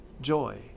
joy